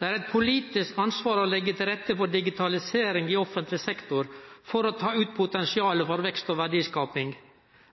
Det er eit politisk ansvar å leggje til rette for digitalisering i offentleg sektor for å ta ut potensial for vekst og verdiskaping.